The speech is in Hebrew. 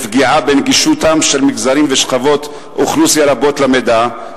לפגיעה בגישה של מגזרים ושכבות אוכלוסייה רבות למידע,